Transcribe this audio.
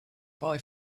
bye